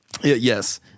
yes